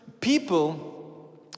people